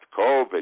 COVID